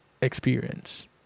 experience